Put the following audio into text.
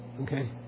Okay